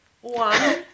one